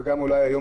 וגם אולי היום,